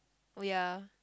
oh ya